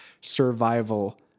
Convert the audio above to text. survival